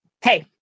Hey